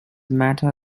mater